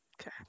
Okay